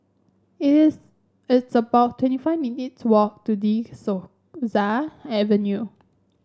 is it's about twenty five minutes' walk to De Souza Avenue